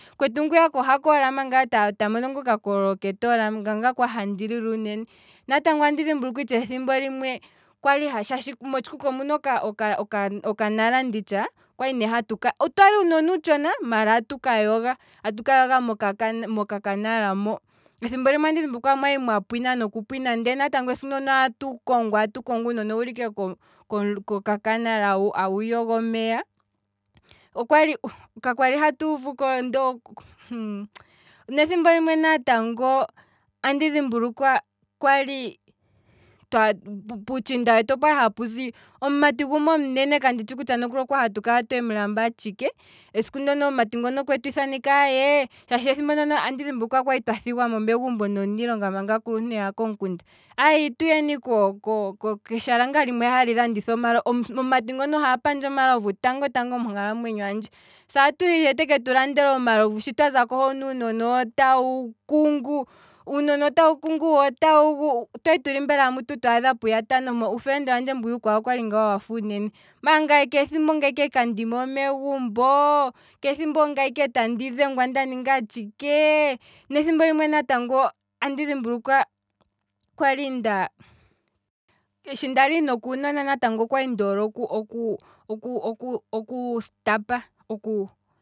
Mukwetu ngwiya ohaka olama ngaa, ta mono nga okakololoke ndee tolama, ngaa nga kwali handi lili uunene, natango andi dhimbulukwa thimbo limwe. shaashi motshikuku omuna oka- oka- okanala nditsha, okwali ne hatuka. otwali uunona uutshona maala atuka yoga, atuka yoga mokakanala mo, andi dhimbulukwa ethimbo limwe kwali mwapwina ndele uunona atu kongwa maala mboli otuli ike koka kanala awu yogo omeya, okwali, ka kwali hatu uvuko, hmmmh, nethimbo limwe andi dhimbulukwa kwali puutshinda okwali hapuzi omumati gumwe omunene, kandi tshi kutya okwali hatu kala twemu lamba tshike, esiku ndono omumati ngono okwetu ithana ike, shaashi andi dhimbulukwa ethimbo ndono kwali twa thigwamo megumbo nomu niilonga manga aakuluntu yaha komukunda, aaye itu heni keshala ngaa limwe hali landitha omalovu, omumati ngono ohe apandje omalovu tango tango monkalamwenyo handje, he otahi teke tulandela omalovu, shi twaza ko hono uunona otawu kungu, uunona otawu kungu, twali tuli mbela twaadha puya tano mpo. uufelende wandje mbwiya owali wafa uunene, maala ngaye keethimbo ongaye ike kandili mo megumbo, keethimbo ongaye ike tandi dhengwa nda ninga tshike, nethimbo limwe andi dhimbulukwa shi ndali nokuunona natngo okwali ndoole oku- oku- oku- oku stapa oku